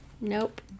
nope